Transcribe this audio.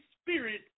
Spirit